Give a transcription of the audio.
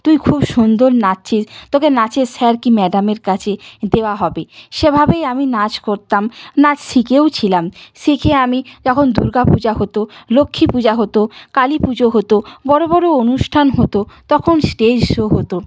তুই খুব সুন্দর নাচছিস তোকে নাচের স্যার কী ম্যাডামের কাছে দেওয়া হবে সেভাবেই আমি নাচ করতাম নাচ শিখেওছিলাম শিখে আমি যখন দুর্গা পূজা হতো লক্ষ্মী পূজা হতো কালী পুজো হতো বড়ো বড়ো অনুষ্ঠান হতো তখন স্টেজ শো হতো